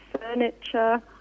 furniture